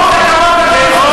בדיוק, זה כבוד גדול בשבילך.